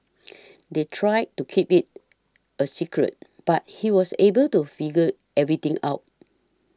they tried to keep it a secret but he was able to figure everything out